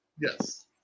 Yes